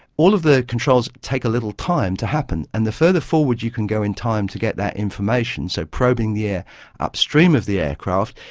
all of the controls take a little time to happen, and the further forward you can go in time to get that information, so probing the air upstream of the aircraft,